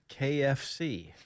kfc